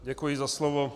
Děkuji za slovo.